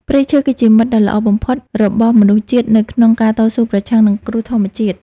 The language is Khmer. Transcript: ព្រៃឈើ គឺជាមិត្តដ៏ល្អបំផុតរបស់មនុស្សជាតិនៅក្នុងការតស៊ូប្រឆាំងនឹងគ្រោះធម្មជាតិ។